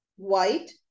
White